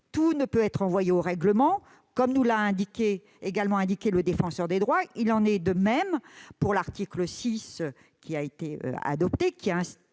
Tout ne peut pas être renvoyé au règlement, comme nous l'a indiqué le Défenseur des droits. Il en est de même pour l'article 6 qui a été adopté.